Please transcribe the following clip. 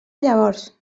llavors